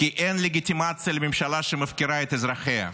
כי אין לגיטימציה לממשלה שמפקירה את אזרחיה בעזה,